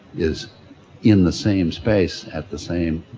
is in the same space at the same,